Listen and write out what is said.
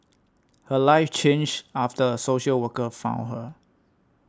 her life changed after a social worker found her